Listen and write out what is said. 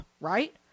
Right